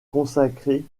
consacré